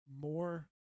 more